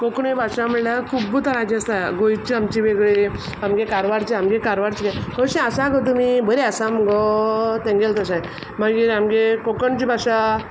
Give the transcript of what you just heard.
कोंकणी भाशा म्हणल्यार खुब्ब तरांचीं आसा गोंयची आमची वेगळी आमगे कारवारची आमगे कारवारची कशी आसा गो तुमी बरी आसा मुगो तेंगेल तशें मागीर आमगे कोंकणची भाशा